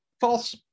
false